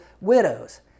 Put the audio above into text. widows